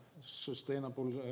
sustainable